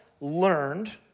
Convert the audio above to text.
learned